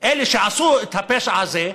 אלה שעשו את הפשע הזה.